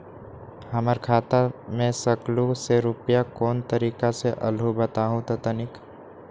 हमर खाता में सकलू से रूपया कोन तारीक के अलऊह बताहु त तनिक?